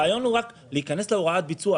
הרעיון הוא רק להיכנס להוראת ביצוע,